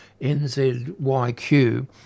NZYQ